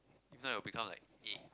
this one will become like egg